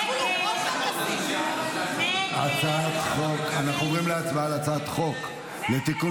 השיקול הוא --- אנחנו עוברים להצבעה על הצעת חוק לתיקון